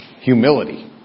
Humility